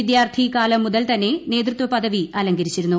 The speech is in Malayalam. വിദ്യാർത്ഥി കാലം മുതൽ തന്നെ നേതൃത്വപദവി അല്ലങ്കരിച്ചിരുന്നു